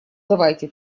давайте